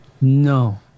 No